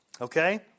Okay